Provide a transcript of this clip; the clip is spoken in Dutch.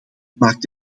maakt